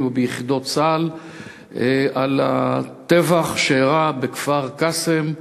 וביחידות צה"ל על הטבח שאירע בכפר-קאסם,